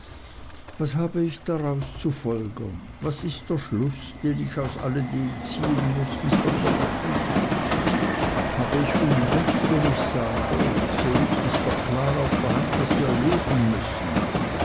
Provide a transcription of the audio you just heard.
was habe ich daraus zu folgern was ist der schluß den ich aus alle dem ziehen muß mr copperfield habe ich unrecht wenn ich sage es liegt doch klar auf der hand daß wir leben müssen